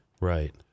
Right